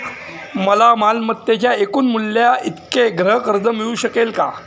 मला मालमत्तेच्या एकूण मूल्याइतके गृहकर्ज मिळू शकेल का?